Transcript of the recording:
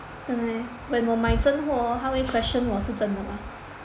真的 meh when 我买真货 hor 他会 question 我是真的 mah